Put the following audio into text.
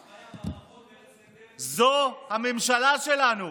פעם היה מערכון בארץ נהדרת, זו הממשלה שלנו.